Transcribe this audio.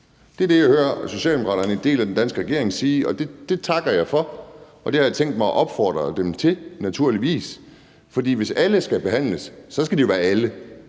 Det er det, jeg hører Socialdemokraterne – en del af den danske regering – sige, og det takker jeg for. Og det har jeg tænkt mig at opfordre dem til, naturligvis. For hvis alle skal behandles, skal det være alle;